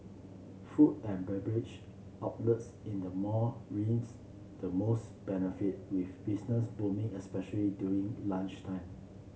food and beverage outlets in the mall reaps the most benefit with business booming especially during lunchtime